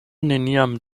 neniam